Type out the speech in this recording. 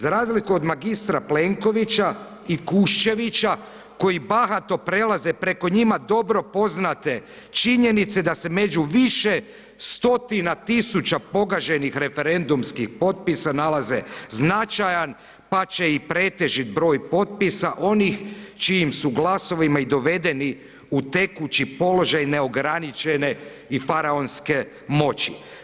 Za razliku od magistra Plenkovića i Kušćevića koji bahato prelaze preko njima dobro poznate činjenice da se među više stotina tisuća pogaženih referendumskih potpisa nalaze značajan pače i pretežit broj potpisa onih čijim su glasovima i dovedeni u tekući položaj neograničene i faraonske moći.